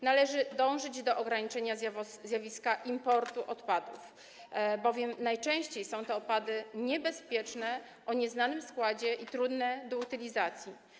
Należy dążyć do ograniczenia zjawiska importu odpadów, bowiem najczęściej są to odpady niebezpieczne, o nieznanym składzie i trudne do utylizacji.